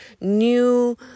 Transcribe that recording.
new